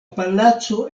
palaco